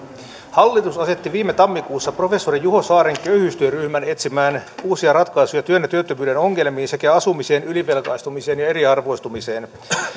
hallitus asetti viime tammikuussa professori juho saaren köyhyystyöryhmän etsimään uusia ratkaisuja työn ja työttömyyden ongelmiin sekä asumiseen ylivelkaantumiseen ja eriarvoistumiseen